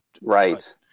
Right